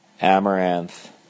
amaranth